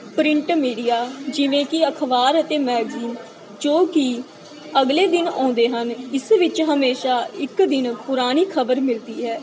print media ਜਿਵੇਂ ਕਿ ਅਖਬਾਰ ਅਤੇ ਮੈਗਜ਼ੀਨ ਜੋ ਕਿ ਅਗਲੇ ਦਿਨ ਆਉਂਦੇ ਹਨ ਇਸ ਵਿੱਚ ਹਮੇਸ਼ਾਂ ਇੱਕ ਦਿਨ ਪੁਰਾਣੀ ਖਬਰ ਮਿਲਦੀ ਹੈ